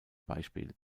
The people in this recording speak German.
beispiel